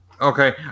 okay